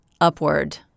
upward